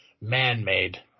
man-made